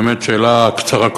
באמת שאלה קצרה.